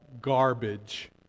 garbage